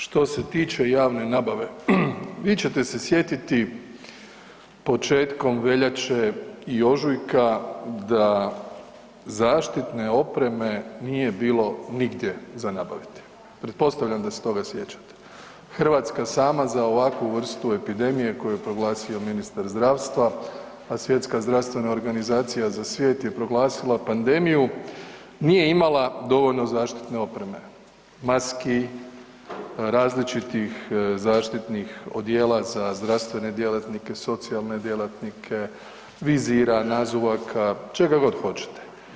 Što se tiče javne nabave, vi ćete se sjetiti početkom veljače i ožujka da zaštitne opreme nije bilo nigdje za nabaviti, pretpostavljam da se toga sjećate, Hrvatska sama za ovakvu vrstu epidemije koju je proglasio ministar zdravstva, WHO je za svijet je proglasila pandemiju, nije imala dovoljno zaštitne opreme, maski, različitih zaštitnih odijela za zdravstvene djelatnike, socijalne djelatnike, vizira, nazuvaka čega god hoćete.